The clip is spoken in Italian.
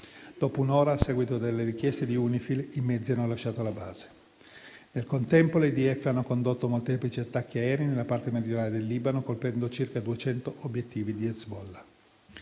Dopo un'ora, a seguito delle richieste di UNIFIL, i mezzi hanno lasciato la base. Nel contempo, l'IDF ha condotto molteplici attacchi aerei nella parte meridionale del Libano, colpendo circa 200 obiettivi di Hezbollah.